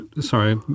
Sorry